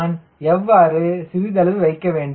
நான் எவ்வாறு சிறிதளவு வைக்க வேண்டும்